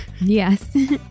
Yes